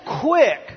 Quick